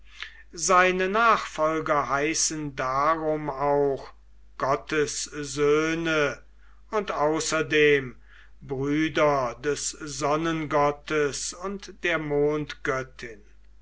seine nachfolger heißen darum auch gottes söhne und außerdem brüder des sonnengottes und der